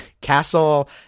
castle